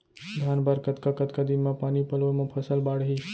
धान बर कतका कतका दिन म पानी पलोय म फसल बाड़ही?